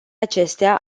acestea